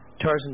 Tarzan